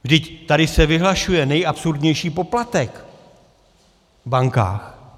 Vždyť tady se vyhlašuje nejabsurdnější poplatek v bankách.